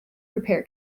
repair